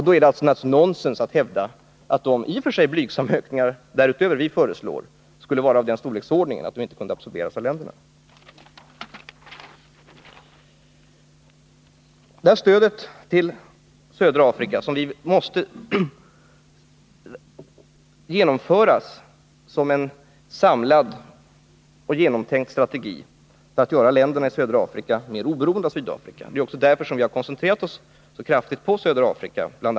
Då är det naturligtvis nonsens att hävda att de i och för sig blygsamma ökningar därutöver som vi föreslår skulle vara av den storleksordningen att de inte skulle kunna a sorberas av länderna. Stödet till södra Afrika måste genomföras som en samlad och genomtänkt strategi för att göra länderna i södra Afrika mer oberoende av Sydafrika. Det är också därför som vi koncentrerat oss så hårt på södra Afrika.